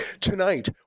Tonight